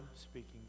speaking